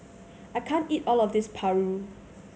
I can't eat all of this paru